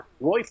Roy